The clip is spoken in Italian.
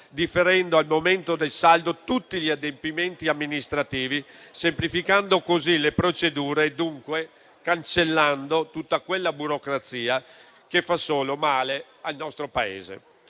differendo al momento del saldo tutti gli adempimenti amministrativi, semplificando così le procedure e dunque cancellando tutta quella burocrazia che fa solo male al nostro Paese.